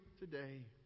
today